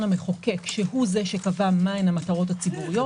המחוקק שהוא שקבע מה המטרות הציבוריות.